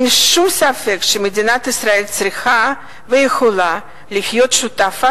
אין שום ספק שמדינת ישראל צריכה ויכולה להיות שותפה